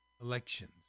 elections